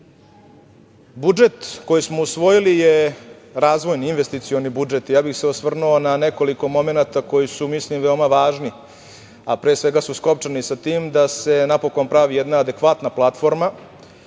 tu. Budžet koji smo usvojili je razvojni, investicioni budžet. Osvrnuo bih se na nekoliko momenata koji su, mislim, veoma važni, a pre svega su skopčani sa tim da se napokon pravi jedna adekvatna platforma,